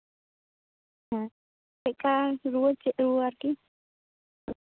ᱦᱮᱸ ᱪᱮᱫᱠᱟ ᱨᱩᱣᱟᱹ ᱪᱮᱫ ᱨᱩᱣᱟᱹ ᱟᱨᱠᱤ